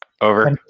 over